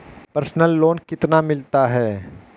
Personal loan कितना मिलता है?